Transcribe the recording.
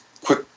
quick